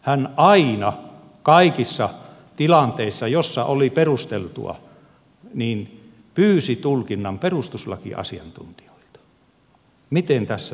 hän aina kaikissa tilanteissa joissa se oli perusteltua pyysi tulkinnan perustuslakiasiantuntijoilta miten tässä tulisi mennä